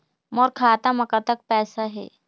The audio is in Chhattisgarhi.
मोर खाता म कतक पैसा हे?